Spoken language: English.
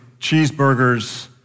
cheeseburgers